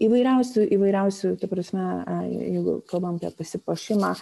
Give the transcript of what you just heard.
įvairiausių įvairiausių ta prasme jeigu kalbam apie pasipuošimą